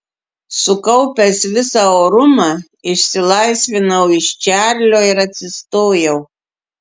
sukaupęs visą orumą išsilaisvinau iš čarlio ir atsistojau